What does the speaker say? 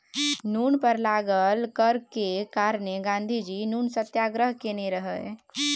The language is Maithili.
नुन पर लागल कर केर कारणेँ गाँधीजी नुन सत्याग्रह केने रहय